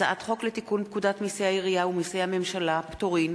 הצעת חוק לתיקון פקודת מסי העירייה ומסי הממשלה (פטורין)